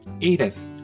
Edith